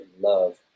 love